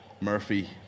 Murphy